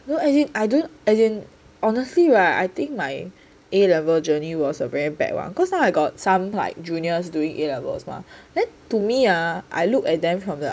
no as in I don't as in honestly [right] think my a level journey was a very bad one cause now I got some like juniors during a levels mah then to me ah I look at them from